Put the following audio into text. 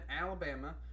Alabama